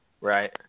Right